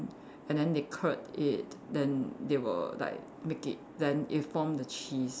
and then they curd it then they will like make it then it form the cheese